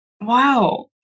wow